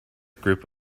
group